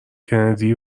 کندی